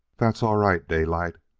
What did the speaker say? that's all right, daylight,